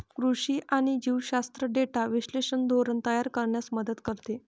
कृषी आणि जीवशास्त्र डेटा विश्लेषण धोरण तयार करण्यास मदत करते